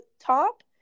top